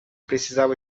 precisava